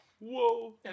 whoa